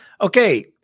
Okay